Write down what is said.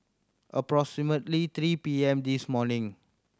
approximately three P M this morning